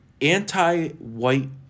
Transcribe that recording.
Anti-white